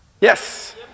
Yes